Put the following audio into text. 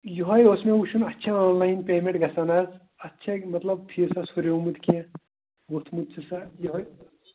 یہَے اوس مےٚ وُچھُن اَتھ چھِ آن لاین پیمٮ۪نٛٹ گژھان اَز اَتھ چھا مطلب فیٖسَس ہُریومُت کیٚنٛہہ ووٚتھمُت چھُ سا یِہَے